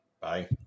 Bye